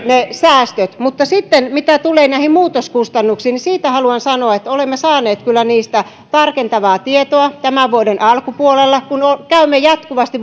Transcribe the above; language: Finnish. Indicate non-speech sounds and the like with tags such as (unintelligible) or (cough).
ne säästöt löytyvät mutta sitten mitä tulee näihin muutoskustannuksiin siitä haluan sanoa että olemme saaneet kyllä niistä tarkentavaa tietoa tämän vuoden alkupuolella koska olemme jatkuvasti (unintelligible)